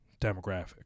demographic